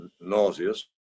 nauseous